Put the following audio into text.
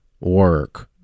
work